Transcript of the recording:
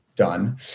done